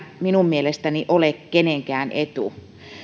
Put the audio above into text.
minun mielestäni ole kenenkään etu